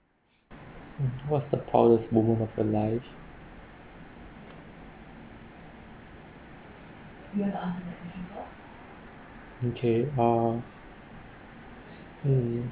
mm what's the proudest moment of your life okay uh mm